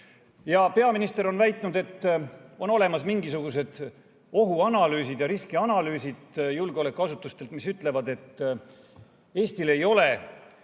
Peaminister on väitnud, et on olemas mingisugused ohuanalüüsid ja riskianalüüsid julgeolekuasutustelt, mis ütlevad, et Eestil ei ole